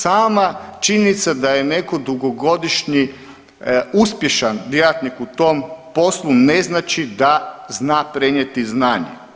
Sama činjenica da je neko dugogodišnji uspješan djelatnik u tom poslu ne znači da zna prenijeti znanje.